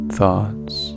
thoughts